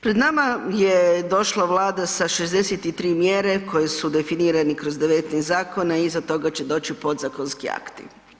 Pred nama je došla Vlada sa 63 mjere koje su definirani kroz 19 zakona i iza toga će doći podzakonski akti.